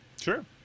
Sure